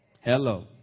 Hello